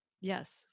Yes